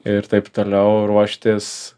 ir taip toliau ruoštis